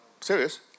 Serious